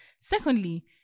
Secondly